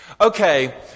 Okay